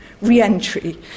re-entry